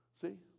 See